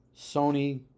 Sony